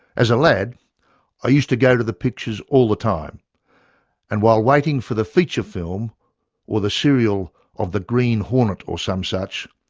as a lad i used to go to the pictures all the time and while waiting for the feature film or the serial of the green hornet or some such,